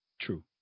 true